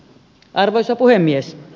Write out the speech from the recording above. arvoisa puhemies